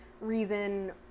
reason